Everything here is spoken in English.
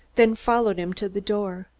then followed him to the door.